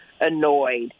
annoyed